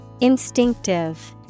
Instinctive